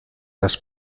las